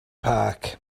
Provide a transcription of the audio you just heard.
park